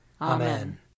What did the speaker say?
Amen